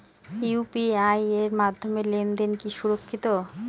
UPI এর মাধ্যমে লেনদেন কি সুরক্ষিত?